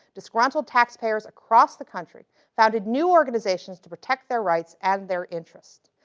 disgruntled taxpayers across the country founded new organizations to protect their rights and their interests.